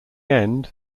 end